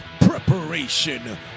Preparation